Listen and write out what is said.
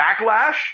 backlash